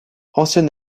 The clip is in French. ancien